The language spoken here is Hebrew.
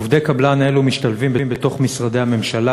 עובדי קבלן אלו משתלבים בתוך משרדי הממשלה